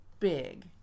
Big